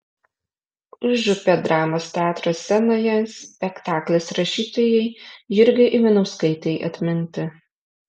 užupio dramos teatro scenoje spektaklis rašytojai jurgai ivanauskaitei atminti